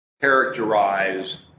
characterize